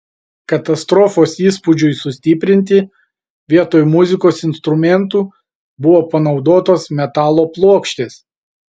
katastrofos įspūdžiui sustiprinti vietoj muzikos instrumentų buvo panaudotos metalo plokštės